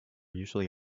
usually